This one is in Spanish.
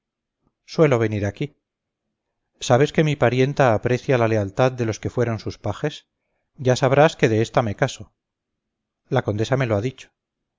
suelo venir aquí sabes que mi parienta aprecia la lealtad de los que fueron sus pajes ya sabrás que de esta me caso la condesa me lo ha dicho